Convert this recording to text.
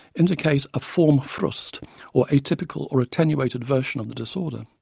indicate a forme fruste or atypical or attenuated version of the disorder?